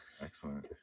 Excellent